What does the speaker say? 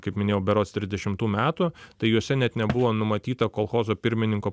kaip minėjau berods trisdešimtų metų tai juose net nebuvo numatyta kolchozo pirmininko